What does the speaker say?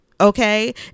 Okay